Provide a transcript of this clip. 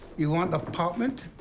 you want apartment?